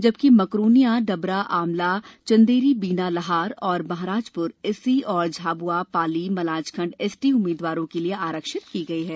जबकि मकरोनियाए डबराए आमलाए चंदेरीए बीनाए लहार व महाराजप्र एससी और झाब्आए पाली मलाजखंड एसटी उम्मीदवारों के लिए आरक्षित की गई हैं